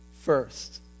first